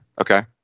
Okay